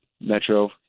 metro